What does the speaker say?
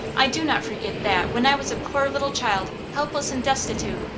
i do not forget that, when i was a poor little child, helpless and destitute,